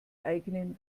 eigenen